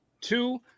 two